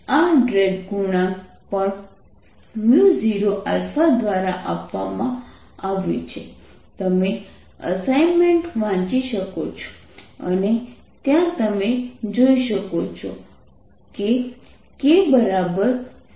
VT mgk kC 0Mb aa4 તમે assignment વાંચી શકો છો અને ત્યાં તમે આ જોઈ શકો છો